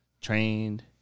trained